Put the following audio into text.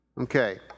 Okay